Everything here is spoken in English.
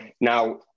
now